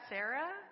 Sarah